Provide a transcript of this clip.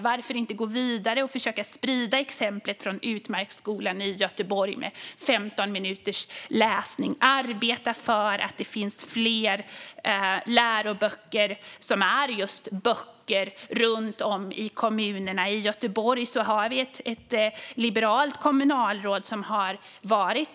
Varför inte gå vidare och försöka sprida exemplet från Utmarksskolan i Göteborg med 15 minuters läsning och arbeta för att det ska finnas fler läroböcker som är just böcker runt om i kommunerna? I Göteborg har vi ett liberalt kommunalråd.